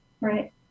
Right